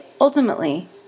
ultimately